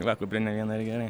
va kuprinę vieną ir gerai